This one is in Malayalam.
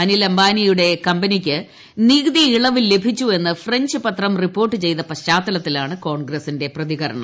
അനിൽ അംബാനിയുടെ കമ്പനിക്ക് നികുതി ഇളവ് ലഭിച്ചു എന്ന് ഫ്രുങ്ക് പിത്രം റിപ്പോർട്ട് ചെയ്ത പശ്ചാത്തലത്തിലാണ് കോൺഗ്ഗ്സിറ്റ്റ് പ്രതികരണം